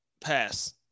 Pass